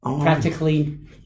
practically